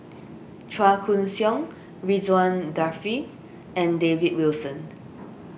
Chua Koon Siong Ridzwan Dzafir and David Wilson